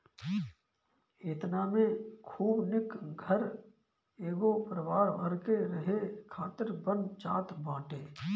एतना में खूब निक घर एगो परिवार भर के रहे खातिर बन जात बाटे